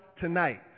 tonight